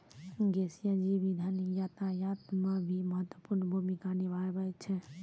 गैसीय जैव इंधन यातायात म भी महत्वपूर्ण भूमिका निभावै छै